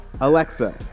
Alexa